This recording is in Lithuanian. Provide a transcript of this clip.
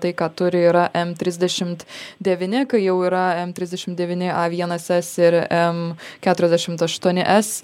tai ką turi yra m trisdešimt devyni kai jau yra m trisdešim devyni vienas s ir m keturiasdešimt aštuoni s